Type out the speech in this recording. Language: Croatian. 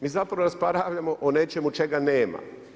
Mi zapravo raspravljamo o nečemu čega nema.